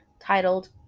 titled